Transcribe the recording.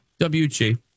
WG